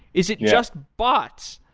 is it just bots?